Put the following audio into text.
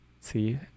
See